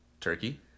Turkey